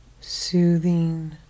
soothing